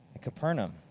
Capernaum